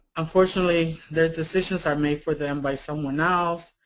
unfortunately, their decisions are made for them by someone else,